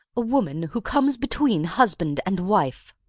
a woman who comes between husband and wife!